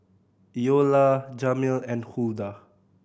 Eola Jamel and Huldah